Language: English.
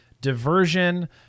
diversion